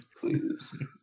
Please